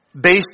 based